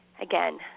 Again